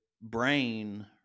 brain